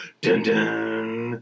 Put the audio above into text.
Dun-dun